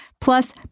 plus